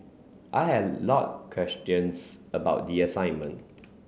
I had a lot of questions about the assignment